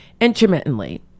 intermittently